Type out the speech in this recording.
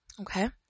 Okay